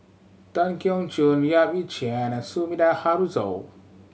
Tan Keong Choon Yap Ee Chian and Sumida Haruzo